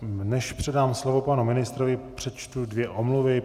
Než předám slovo panu ministrovi, přečtu dvě omluvy.